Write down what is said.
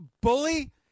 Bully